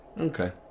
Okay